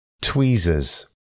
tweezers